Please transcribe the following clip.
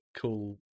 cool